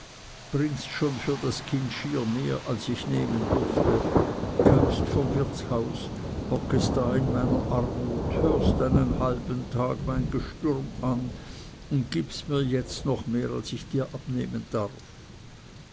bringst schon für das kind schier mehr als ich nehmen durfte kömmst vom wirtshaus hockest da in meiner armut hörst einen ganzen halben tag mein gestürm an und gibst mir jetzt noch mehr als ich dir abnehmen darf